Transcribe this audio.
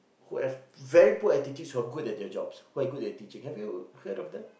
who have very poor attitudes who are good at their jobs who are good at teaching have you heard of that